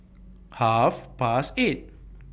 Half Past eight